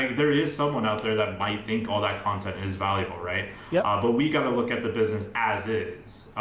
there is someone out there that might think all that content is valuable, right. yeah ah but we gotta look at the business as-is.